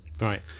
Right